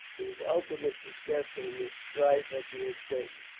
whose ultimate success in the strife appeared certain.